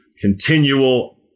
continual